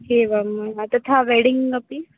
एवं वा तथा वेडिङ्ग् अपि